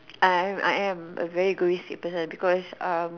I I am a very egoistic person because um